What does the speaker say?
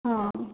ಹಾಂ